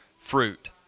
fruit